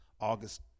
August